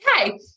Okay